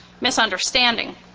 misunderstanding